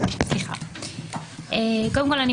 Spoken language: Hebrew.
קודם כל,